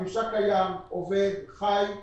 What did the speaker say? הממשק קיים, עובד, חי.